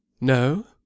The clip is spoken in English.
No